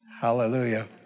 Hallelujah